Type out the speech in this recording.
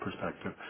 perspective